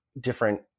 different